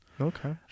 Okay